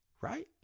Right